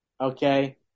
Okay